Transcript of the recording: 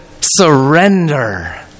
surrender